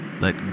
let